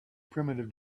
primitive